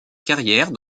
carrière